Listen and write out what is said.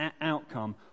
outcome